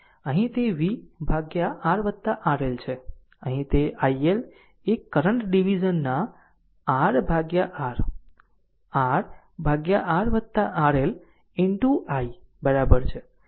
અહીં તે v RRL છે અહીં તે iL એ કરંટ ડીવીઝન ના R R R RRL into i બરાબર છે